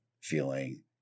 feeling